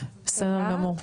בסדר גמור.